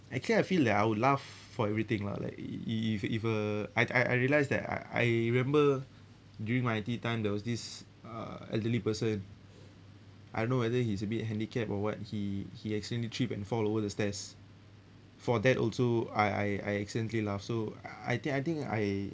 actually I feel that I will laugh for everything lah like if if uh I I realise that I I remember during my I_T_E time there was this uh elderly person I don't know whether he's a bit handicapped or what he he accidentally trip and fall over the stairs for that also I I I accidentally laugh so I think I think I